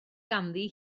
ganddi